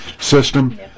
system